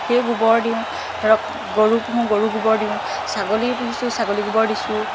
সেই গোবৰ দিওঁ ধৰক গৰু পুহো গৰু গোবৰ দিওঁ ছাগলী পুহিছো ছাগলী গোবৰ দিছো